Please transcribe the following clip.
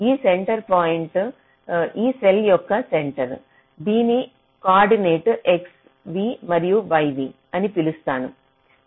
ఈ centre point ఈ cell యొక్క సెంటర్ దీని కోఆర్డినేట్ xv మరియు yv అని పిలుస్తాను